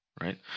Right